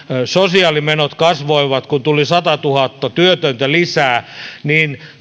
sosiaalimenot kasvoivat kun tuli satatuhatta työtöntä lisää niin